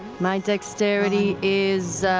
my dexterity is,